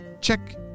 check